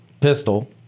pistol